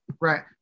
Right